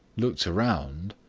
looked around,